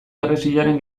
harresiaren